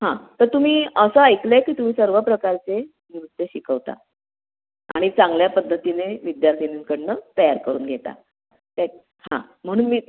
हां तर तुम्ही असं ऐकलं आहे की तुम्ही सर्व प्रकारचे नृत्य शिकवता आणि चांगल्या पद्धतीने विद्यार्थीनींकडून तयार करून घेता त्या हां म्हणून मी